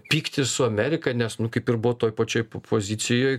pyktis su amerika nes nu kaip ir buvo toj pačioj pozicijoj